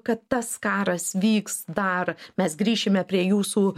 kad tas karas vyks dar mes grįšime prie jūsų